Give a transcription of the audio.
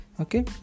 okay